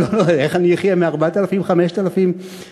לא, לא, איך אני אחיה מ-4,000 5,000 שקלים?